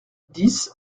dix